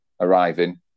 arriving